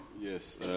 Yes